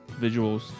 visuals